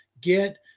get